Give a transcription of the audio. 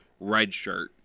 redshirt